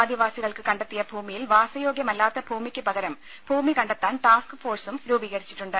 ആദിവാസികൾക്ക് കണ്ടെത്തിയ ഭൂമിയിൽ വാസയോഗ്യമല്ലാത്ത ഭൂമിയ്ക്ക് പകരം ഭൂമി കണ്ടെത്താൻ ടാസ്ക് ഫോഴ്സും രൂപീകരിച്ചിട്ടുണ്ട്